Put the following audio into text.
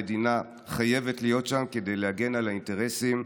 המדינה חייבת להיות שם כדי להגן על האינטרסים,